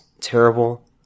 terrible